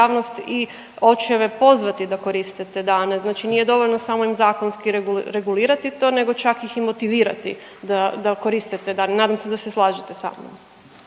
i očeve pozvati da koriste te dane, znači nije dovoljno samo im zakonski regulirati to nego čak ih i motivirati da, da koriste te dane, nadam se da se slažete sa mnom.